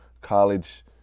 college